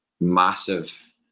massive